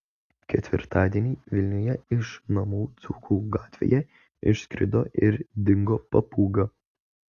ketvirtadienį vilniuje iš namų dzūkų gatvėje išskrido ir dingo papūga